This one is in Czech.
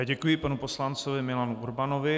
Děkuji panu poslanci Milanu Urbanovi.